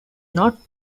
not